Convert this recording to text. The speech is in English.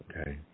Okay